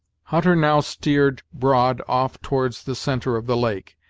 hutter now steered broad off towards the centre of the lake.